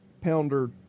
Pounder